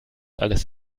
alles